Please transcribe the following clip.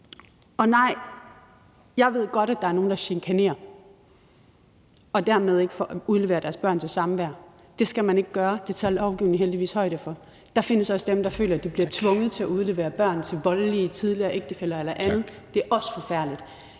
Og nej, jeg ved godt, at der er nogle, der chikanerer og dermed ikke udleverer deres børn til samvær. Det skal man ikke gøre. Det tager lovgivningen heldigvis højde for. Der findes også dem, der føler, at de bliver tvunget til at udlevere børn til voldelige tidligere ægtefæller eller andet, og det er også forfærdeligt.